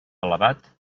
elevat